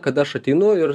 kad aš ateinu ir